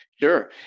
sure